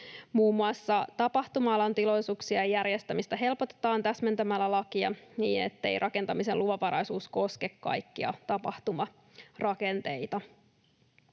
Muun muassa tapahtuma-alan tilaisuuksien järjestämistä helpotetaan täsmentämällä lakia niin, ettei rakentamisen luvanvaraisuus koske kaikkia tapahtumarakenteita.